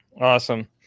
Awesome